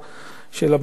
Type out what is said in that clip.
של הבנים שלו.